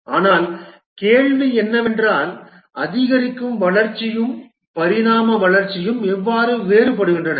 ஆனால் கேள்வி என்னவென்றால் அதிகரிக்கும் வளர்ச்சியும் பரிணாம வளர்ச்சியும் எவ்வாறு வேறுபடுகின்றன